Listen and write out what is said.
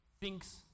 thinks